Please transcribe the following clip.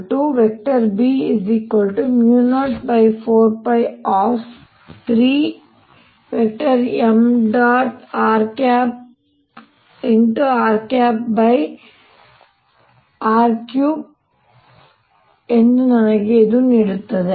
rr mr3 ಎಂದು ನನಗೆ ಇದು ನೀಡುತ್ತದೆ